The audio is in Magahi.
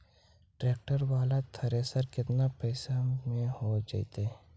ट्रैक्टर बाला थरेसर केतना पैसा में हो जैतै?